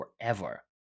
forever